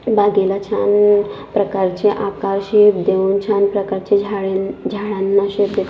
बागेला छान प्रकारचे आकार शेप देऊन छान प्रकारची झाडे झाडांना शेप देतात